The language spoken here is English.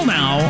now